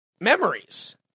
memories